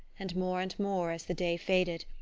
and more and more, as the day faded,